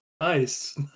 Nice